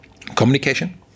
communication